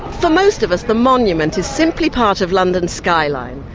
for most of us the monument is simply part of london skyline,